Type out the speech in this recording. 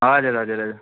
हजुर हजुर हजुर